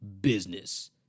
business